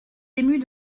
émus